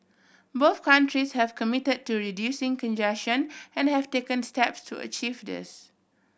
both countries have committed to reducing congestion and have taken step to achieve this